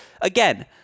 Again